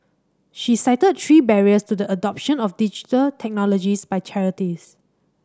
she cited three barriers to the adoption of Digital Technologies by charities